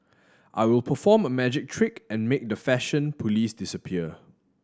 I will perform a magic trick and make the fashion police disappear